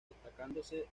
destacándose